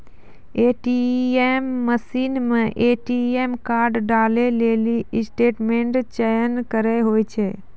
ATM मशीनो मे ATM card डालै लेली स्टेटमेंट चयन करे होय छै